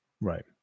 right